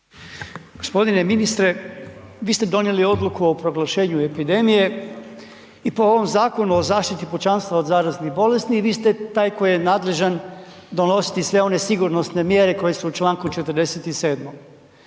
Gospodine ministre. Vi ste donijeli odluku o proglašenju epidemije i po ovom Zakonu o zaštiti pučanstva od zaraznih bolesti, vi ste taj koji je nadležan donositi sve one sigurnosne mjere koje su u čl. 47.